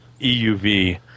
EUV